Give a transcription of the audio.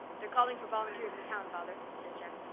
they are calling for volunteers in town, father, said jem.